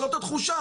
זאת התחושה.